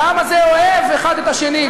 והעם הזה אוהב אחד את השני,